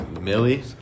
Millie